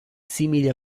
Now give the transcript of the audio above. simili